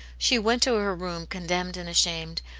she went to her room condemned and ashamed,